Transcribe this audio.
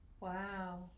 Wow